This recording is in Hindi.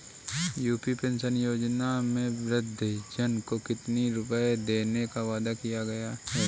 यू.पी पेंशन योजना में वृद्धजन को कितनी रूपये देने का वादा किया गया है?